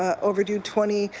overdue twenty,